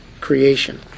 creation